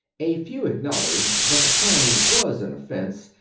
a few acknowledged that the signing was an offense,